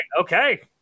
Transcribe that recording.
okay